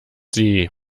sie